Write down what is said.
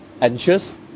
anxious